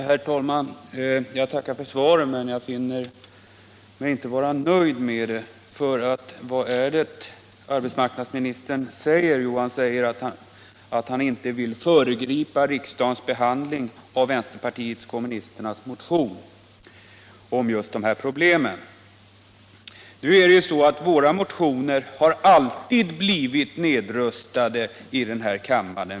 Herr talman! Jag tackar för svaret men är inte nöjd med det. För vad är det arbetsmarknadsministern säger? Jo, att han inte vill föregripa riksdagens behandling av vpk:s motion om just dessa problem. Vi har faktiskt motionerat om dessa bidrag i fem år, men våra motioner har alltid blivit nedröstade i denna kammare.